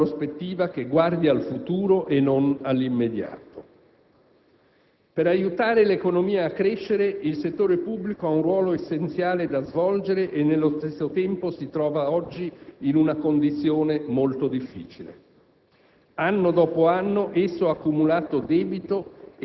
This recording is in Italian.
Ecco perché essa è indispensabile in una prospettiva che guardi al futuro e non all'immediato. Per aiutare l'economia a crescere, il settore pubblico ha un ruolo essenziale da svolgere e nello stesso tempo si trova oggi in una condizione molto difficile: